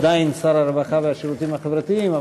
עדיין שר הרווחה והשירותים החברתיים,